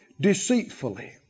deceitfully